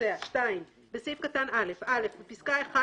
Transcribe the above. נוסע"; בסעיף קטן (א) בפסקה (1),